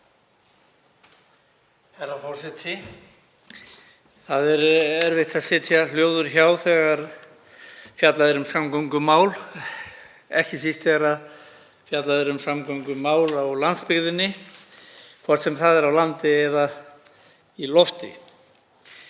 Herra forseti. Það er erfitt að sitja hljóður hjá þegar fjallað er um samgöngumál, einkum þegar fjallað er um samgöngumál á landsbyggðinni, hvort sem það er á landi eða í lofti.